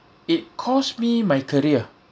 it costs me my career